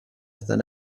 than